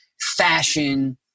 fashion